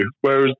Whereas